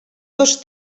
dos